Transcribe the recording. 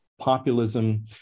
populism